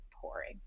pouring